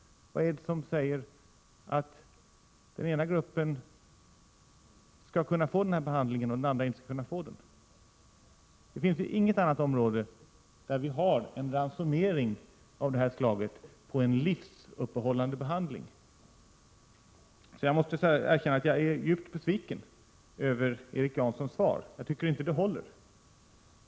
Vad är det som säger att den ena gruppen skall kunna få denna behandling men inte den andra? Det finns ju inget annat område där vi har en ransonering av detta slag av en livsuppehållande behandling. Jag måste erkänna att jag är djupt besviken över Erik Jansons svar. Jag tycker inte att det håller.